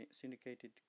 syndicated